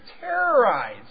terrorized